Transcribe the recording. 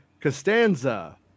Costanza